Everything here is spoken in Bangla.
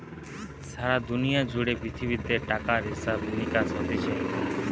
সারা দুনিয়া জুড়ে পৃথিবীতে টাকার হিসাব নিকাস হতিছে